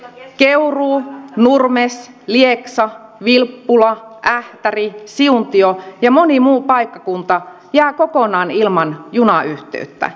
keuruu nurmes lieksa vilppula ähtäri siuntio ja moni muu paikkakunta jää kokonaan ilman junayhteyttä